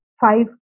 Five